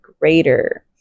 greater